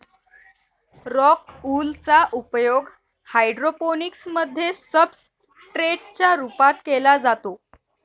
rock wool चा उपयोग hydroponics मध्ये सब्सट्रेट च्या रूपात केला जातो